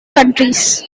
countries